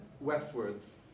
westwards